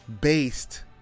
based